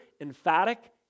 emphatic